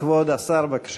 כבוד השר, בבקשה.